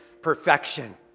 perfection